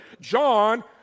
John